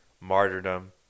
martyrdom